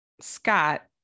Scott